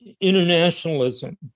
internationalism